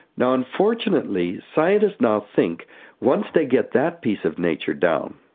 now, unfortunately scientists now think once they get that piece of nature down,